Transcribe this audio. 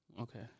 Okay